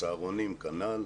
צהרונים כנ"ל.